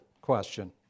question